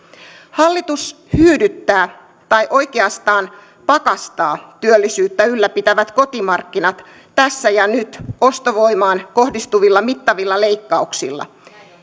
hallitus hyydyttää tai oikeastaan pakastaa työllisyyttä ylläpitävät kotimarkkinat tässä ja nyt ostovoimaan kohdistuvilla mittavilla leikkauksilla